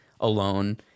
alone